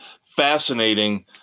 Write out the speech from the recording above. Fascinating